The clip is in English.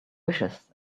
wishes